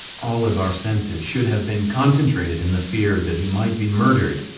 all of our senses should have been concentrated in the fear that he might be murdered,